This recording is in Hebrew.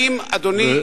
אדוני,